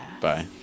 Bye